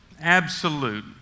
absolute